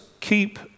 keep